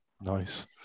Nice